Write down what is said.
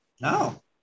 No